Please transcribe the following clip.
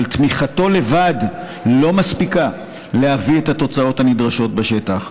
אבל תמיכתו לבד לא מספיקה להביא את התוצאות הנדרשות בשטח.